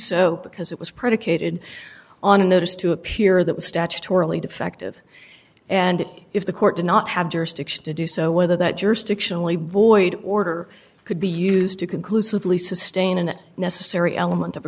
so because it was predicated on a notice to appear that was statutorily defective and if the court did not have jurisdiction to do so whether that jurisdictionally void order could be used to conclusively sustain an necessary element of a